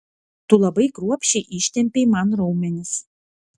tu labai kruopščiai ištempei man raumenis